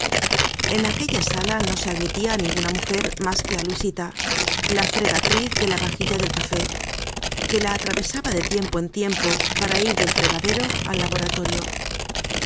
en aquella sala no se admitia á ninguna mujer mas que á luisíta la fregatriz de la vajilla del café que la atravesaba de tiempo en tiempo para ir del fregadero al laboratorio